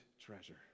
treasure